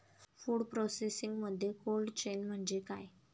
Food प्रोसेसिंगमध्ये cold chain म्हणजे काय?